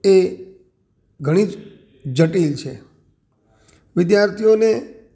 એ ઘણીજ જટિલ છે વિદ્યાર્થીઓને